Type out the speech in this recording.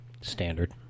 Standard